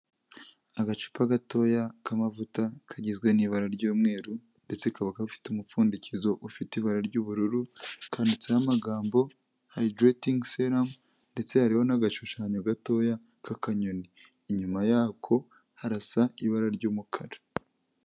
Agacupa gatoya k'amavuta kagizwe n'ibara ry'umweru ndetse kaba ka gafite umupfundikizo ufite ibara ry'ubururu kanditseho amagambo hydrating serum ndetse hariho n'agashushanyo gatoya k'akanyoni inyuma yako harasa ibara ry'umukara.